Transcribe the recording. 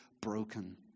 broken